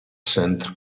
centre